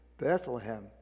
Bethlehem